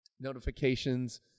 notifications